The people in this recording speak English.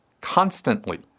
constantly